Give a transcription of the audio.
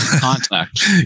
contact